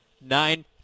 nine